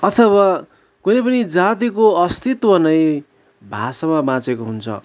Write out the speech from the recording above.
अथवा कुनै पनि जातिको अस्तित्व नै भाषामा बाँचेको हुन्छ